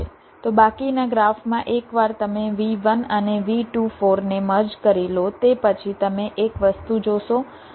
તો બાકીના ગ્રાફમાં એકવાર તમે V1 અને V24ને મર્જ કરી લો તે પછી તમે એક વસ્તુ જોશો તમને V241 મળશે